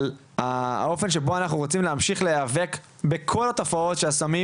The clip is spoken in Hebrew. על האופן שבו אנחנו רוצים להמשיך להיאבק בכל התופעות של הסמים